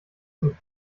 zum